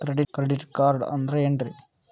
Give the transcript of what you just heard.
Credit card ಅಂದ್ರ ಏನ್ರೀ?